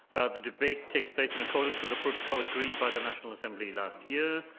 the debate takes place in accordance with the protocol agreed by the national assembly last year.